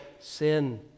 sin